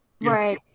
Right